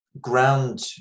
ground